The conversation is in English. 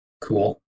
Cool